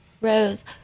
Rose